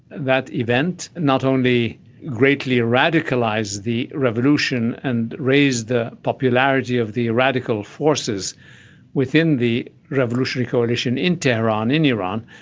that event not only greatly radicalised the revolution and raised the popularity of the radical forces within the revolutionary coalition in tehran, in iran,